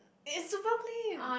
is it super clean